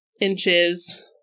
inches